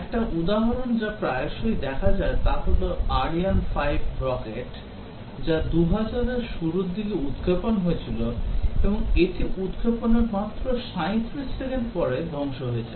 একটি উদাহরণ যা প্রায়শই দেখা যায় তা হল আরিয়েন 5 রকেট যা 2000 এর শুরুর দিকে উৎক্ষেপণ হয়েছিল এবং এটি উৎক্ষেপণের মাত্র 37 সেকেন্ড পরে ধ্বংস হয়ে যায়